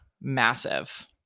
massive